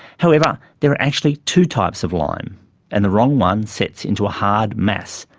however there are actually two types of lime and the wrong one sets into a hard mass,